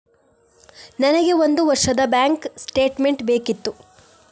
ನನಗೆ ಒಂದು ವರ್ಷದ ಬ್ಯಾಂಕ್ ಸ್ಟೇಟ್ಮೆಂಟ್ ಬೇಕಿತ್ತು